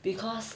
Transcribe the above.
because